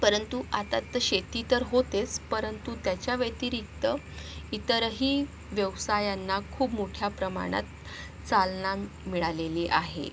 परंतु आता तर शेती तर होतेच परंतु त्याच्याव्यतिरिक्त इतरही व्यवसायांना खूप मोठ्या प्रमाणात चालना मिळालेली आहे